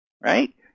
right